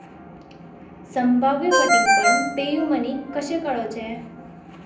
संभव्य फटिंगपण पेयूमनीक कशें कळोवचें